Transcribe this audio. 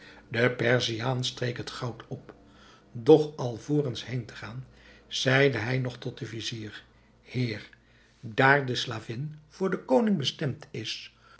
de perziaan streek het goud op doch alvorens heên te gaan zeide hij nog tot den vizier heer daar de slavin voor den koning bestemd is